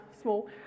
small